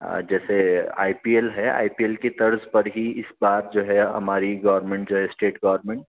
جیسے I P L ہے I P L کی طرز پر ہی اس بات جو ہے ہماری گورنمنٹ جو ہے اسٹیٹ گورنمنٹ